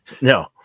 No